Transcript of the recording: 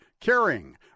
caring